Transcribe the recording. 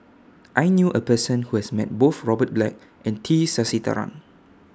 I knew A Person Who has Met Both Robert Black and T Sasitharan